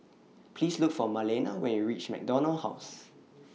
Please Look For Marlena when YOU REACH MacDonald House